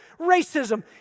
racism